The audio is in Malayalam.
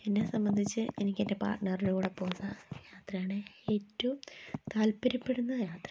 എന്നെ സംബന്ധിച്ച് എനിക്കെൻ്റെ പാര്ട്ട്ണറുടെ കൂടെ പോകുന്ന യാത്രയാണ് ഏറ്റവും താൽപര്യപ്പെടുന്ന യാത്ര